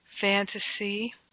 fantasy